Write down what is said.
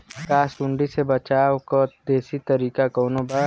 का सूंडी से बचाव क देशी तरीका कवनो बा?